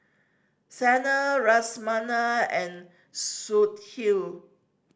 Sanal and Sudhir